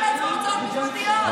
עוד פעם שכח את הארנק בבית, ביבי.